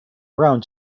around